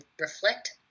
reflect